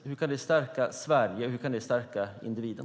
Hur kan det stärka Sverige, och hur kan det stärka individen?